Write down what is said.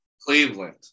Cleveland